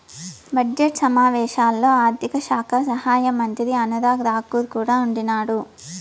budget సమావేశాల్లో ఆర్థిక శాఖ సహాయమంత్రి అనురాగ్ రాకూర్ కూడా ఉండిన్నాడు